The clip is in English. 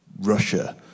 Russia